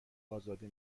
ازاده